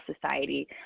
society